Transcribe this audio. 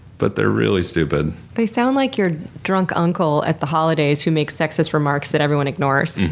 but they're really stupid. they sound like your drunk uncle at the holidays who makes sexist remarks that everyone ignores.